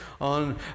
on